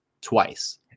twice